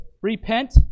repent